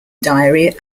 diary